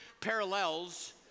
parallels